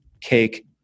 Cake